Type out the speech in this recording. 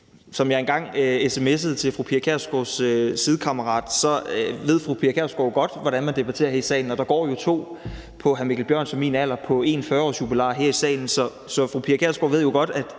Som jeg engang sms'ede til fru Pia Kjærsgaards sidekammerat, ved fru Pia Kjærsgaard godt, hvordan man debatterer her i salen, og der går jo to på hr. Mikkel Bjørns og min alder på én 40-årsjubilar her i salen. Så fru Pia Kjærsgaard ved godt, at